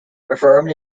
performed